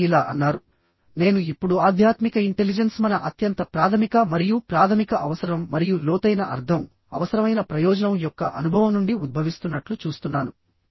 ఆమె ఇలా అన్నారు నేను ఇప్పుడు ఆధ్యాత్మిక ఇంటెలిజెన్స్ మన అత్యంత ప్రాథమిక మరియు ప్రాధమిక అవసరం మరియు లోతైన అర్ధం అవసరమైన ప్రయోజనం యొక్క అనుభవం నుండి ఉద్భవిస్తున్నట్లు చూస్తున్నాను